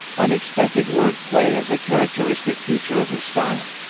unexpected word-play is a characteristic feature of her style.